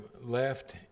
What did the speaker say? left